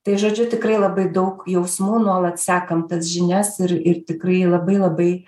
tai žodžiu tikrai labai daug jausmų nuolat sekam tas žinias ir ir tikrai labai labai